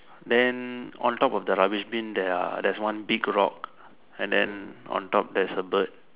then on top of the rubbish bin there are there's one big rock then on top there's a bird